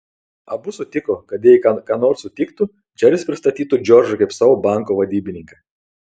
abu sutiko kad jei ką nors sutiktų džeris pristatytų džordžą kaip savo banko vadybininką